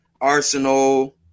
arsenal